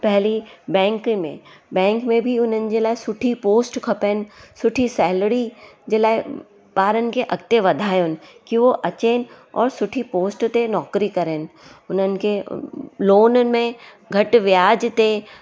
पहिरीं बैंक में बैंक में बि हुननि जे लाइ सुठी पोस्ट खपणु सुठी सैलड़ी जे लाइ ॿारनि खे अॻिते वधाइणु की उहे अचणु और सुठी पोस्ट ते नौकिरी करणु उन्हनि खे लोन में घटि व्याज ते